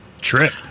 trip